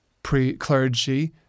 pre-clergy